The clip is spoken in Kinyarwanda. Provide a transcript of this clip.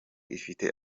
ifite